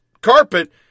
carpet